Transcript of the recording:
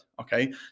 okay